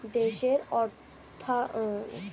দেশের অর্থায়নের সমস্ত কাজকর্ম মন্ত্রণালয়ের অধীনে চলে